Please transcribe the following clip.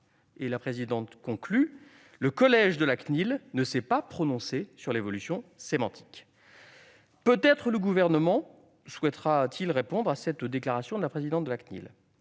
au fond. En tout cas, le collège de la CNIL ne s'est pas prononcé sur l'évolution sémantique. » Exactement ! Le Gouvernement souhaite-t-il répondre à cette déclaration de la présidente de la CNIL